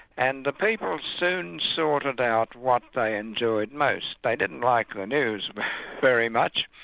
and the people soon sorted out what they enjoyed most. they didn't like the news very much,